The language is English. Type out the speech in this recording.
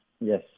Yes